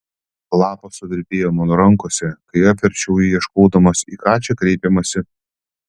lapas suvirpėjo mano rankose kai apverčiau jį ieškodamas į ką čia kreipiamasi